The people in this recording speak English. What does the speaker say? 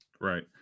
Right